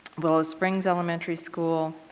willow springs elementary school,